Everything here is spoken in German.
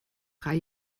drei